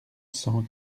cent